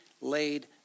laid